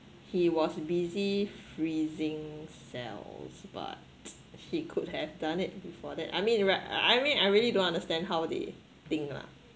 he was busy freezing cells but he could have done it before that I mean I mean I really don't understand how they think lah